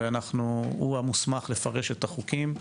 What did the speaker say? הוא המוסמך לפרש את החוקים,